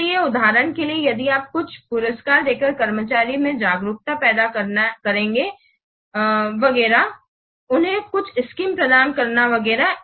इसलिए उदाहरण के लिए यदि आप कुछ पुरस्कार देकर कर्मचारियों में जागरूकता पैदा करेंगे करना वगैरह उन्हें कुछ स्कीम प्रदान करना वगैरह